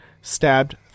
stabbed